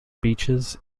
beaches